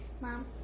Mom